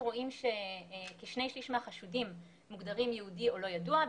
רואים שכשני שליש מהחשודים מוגדרים יהודי או לא ידוע,